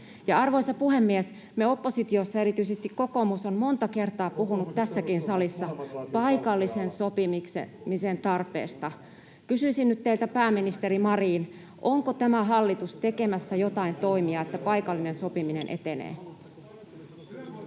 Kokoomus ja perussuomalaiset molemmat vaativat palkkoja alas!] paikallisen sopimisen tarpeesta. Kysyisin nyt teiltä, pääministeri Marin: onko tämä hallitus tekemässä jotain toimia, että paikallinen sopiminen etenee?